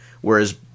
Whereas